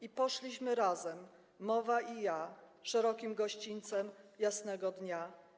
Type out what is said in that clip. I poszliśmy razem, mowa i ja,/ Szerokim gościńcem jasnego dnia/